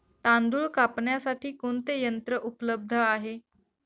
तांदूळ कापण्यासाठी कोणते यंत्र उपलब्ध आहे?